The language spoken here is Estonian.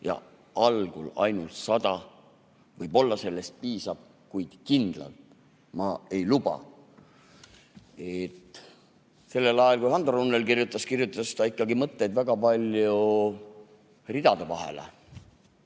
ja algul ainult sada, võib-olla sellest jätkub, kuid kindlalt ka ei luba." Sellel ajal, kui Hando Runnel seda kirjutas, kirjutas ta ikkagi mõtteid väga palju ridade vahele.